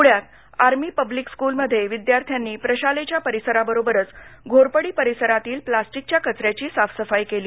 पूण्यात army public स्कूलमध्ये विदयार्थांनी प्रशालेच्या परिसराबरोबरच घोरपडी परिसरातील प्लास्टिकच्या कच याची साफसफाई केली